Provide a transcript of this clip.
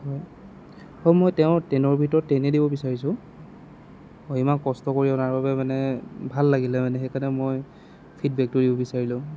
হয় আৰু মই তেওঁৰ টেনৰ ভিতৰত টেনেই দিব বিচাৰিছোঁ হয় ইমান কষ্ট কৰি অনাৰ বাবে মানে ভাল লাগিলে মানে সেইকাৰণে মই ফিডবেকটো দিব বিচাৰিলোঁ